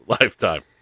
lifetime